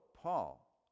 Paul